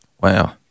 Wow